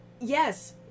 yes